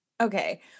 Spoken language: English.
Okay